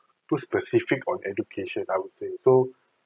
too specific on education I would say so